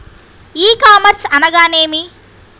ఈ కామర్స్ అనగా నేమి?